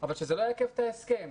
אבל שזה לא יעכב את ההסכם.